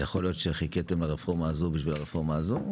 יכול להיות שחיכיתם לרפורמה הזאת בשביל הרפורמה הזאת?